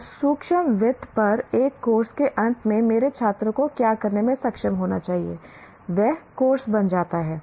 और सूक्ष्म वित्त पर एक कोर्स के अंत में मेरे छात्र को क्या करने में सक्षम होना चाहिए वह कोर्स बन जाता है